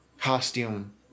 costume